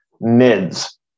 MIDS